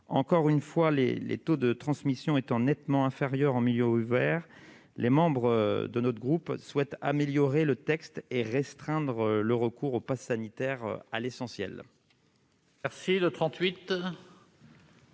Encore une fois, les taux de transmission étant nettement inférieurs en milieu ouvert, les membres de notre groupe souhaitent améliorer le texte et restreindre le recours au passe sanitaire à l'essentiel.